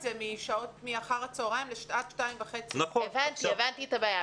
זה מלימודים עד אחר הצוהריים ללימודים עד 14:30. הבנתי את הבעיה,